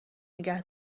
نگه